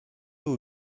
aux